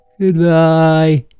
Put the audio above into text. Goodbye